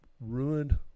ruined